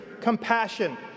compassion